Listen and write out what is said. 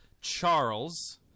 Charles